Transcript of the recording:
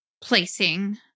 placing